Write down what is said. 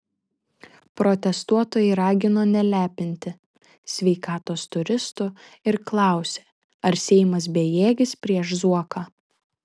protestuotojai ragino nelepinti sveikatos turistų ir klausė ar seimas bejėgis prieš zuoką